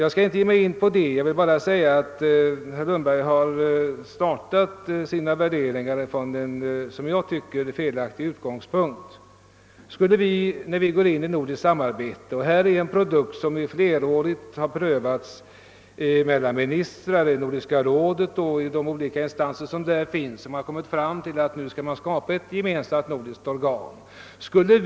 Jag skall inte fördjupa mig vidare i detta utan vill bara säga att herr Lundberg låtit sina värderingar utgå från en som. jag tycker felaktig utgångspunkt. Den fråga som vi nu diskuterar har ju i flera år prövats av de nordiska ministrarna, inom Nordiska rådet och dess olika instanser, och man har därvid kommit fram till att ett gemensamt nordiskt organ bör inrättas.